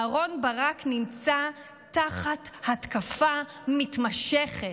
אהרן ברק נמצא תחת התקפה מתמשכת.